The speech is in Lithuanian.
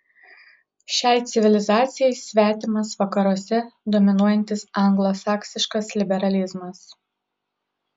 šiai civilizacijai svetimas vakaruose dominuojantis anglosaksiškas liberalizmas